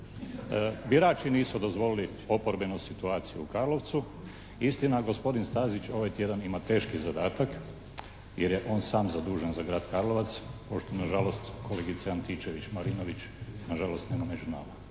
Birači nisu dozvolili oporbeni situaciju u Karlovcu. Istina, gospodin Stazić ovaj tjedan ima teški zadatak jer je on sam zadužen za grad Karlovac pošto nažalost kolegice Antičević Marinović nažalost nema među nama,